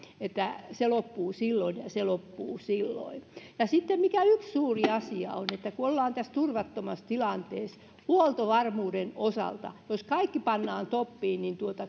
että se loppuu silloin ja ja se loppuu silloin ja sitten yksi suuri asia on että kun ollaan tässä turvattomassa tilanteessa huoltovarmuuden osalta jos kaikki pannaan stoppiin niin